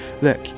Look